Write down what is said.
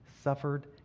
suffered